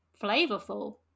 flavorful